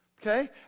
Okay